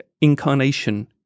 incarnation